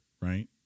right